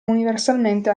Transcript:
universalmente